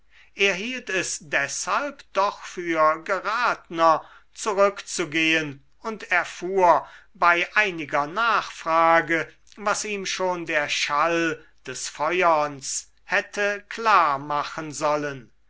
er hielt es deshalb doch für geratner zurückzugehen und erfuhr bei einiger nachfrage was ihm schon der schall des feuerns hätte klar machen sollen